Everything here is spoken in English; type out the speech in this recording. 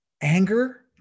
anger